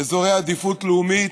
אזורי העדיפות הלאומית,